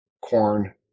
corn